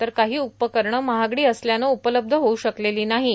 तर काही उपकरणं महागडी असल्यानं उपलब्ध होऊ शकलेली नाहीत